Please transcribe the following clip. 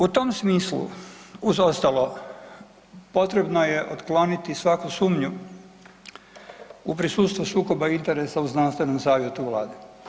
U tom smislu uz ostalo potrebno je otkloniti svaku sumnju u prisustvo sukoba interesa u znanstvenom savjetu u vladi.